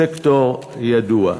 סקטור ידוע.